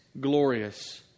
glorious